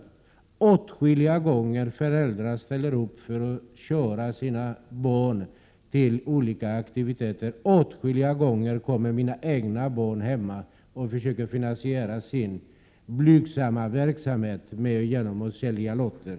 Åtskilliga gånger ställer föräldrar upp och kör sina barn till olika aktiviteter. Åtskilliga gånger har mina egna barn hemma försökt finansiera sin blygsamma verksamhet genom att sälja lotter.